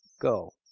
Go